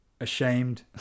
ashamed